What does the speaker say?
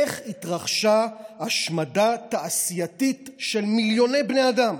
איך התרחשה השמדה תעשייתית של מיליוני בני אדם,